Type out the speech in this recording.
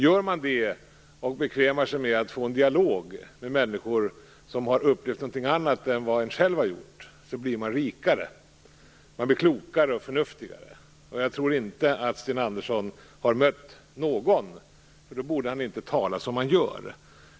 Gör man det och bekvämar sig till att gå in i en dialog med människor som har upplevt något annat än vad man själv har varit med om, blir man klokare och förnuftigare. Jag tror inte att Sten Andersson har mött någon sådan person, för då borde han inte tala som han gör.